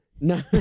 No